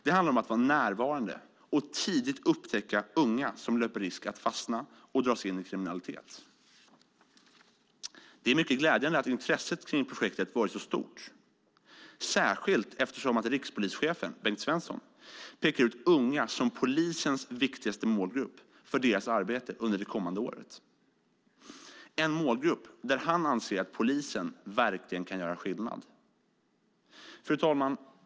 Det handlar om att vara närvarande och tidigt upptäcka unga som löper risk att fastna och dras in i kriminalitet. Det är mycket glädjande att intresset kring projektet varit så stort, särskilt som rikspolischefen Bengt Svenson pekar ut unga som polisens viktigaste målgrupp i sitt arbete under det kommande året. Han anser att detta är en målgrupp där polisen verkligen kan göra skillnad. Fru talman!